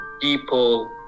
people